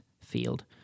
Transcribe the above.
field